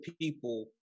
people